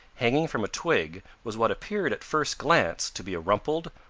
hanging from a twig was what appeared at first glance to be a rumpled,